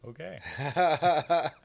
okay